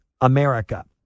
America